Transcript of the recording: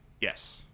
yes